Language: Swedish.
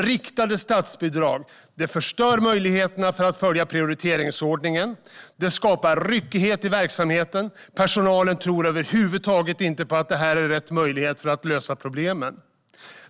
Riktade statsbidrag förstör möjligheterna att följa prioriteringsordningen. De skapar ryckighet i verksamheten. Personalen tror över huvud taget inte på att det här är rätt möjlighet att lösa problemen.